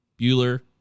Bueller